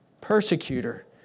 persecutor